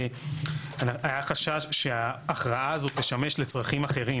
היה חשש שההכרעה הזו תשמש לצרכים אחרים.